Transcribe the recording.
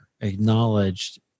acknowledged